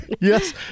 Yes